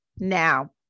Now